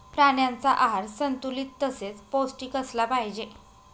प्राण्यांचा आहार संतुलित तसेच पौष्टिक असला पाहिजे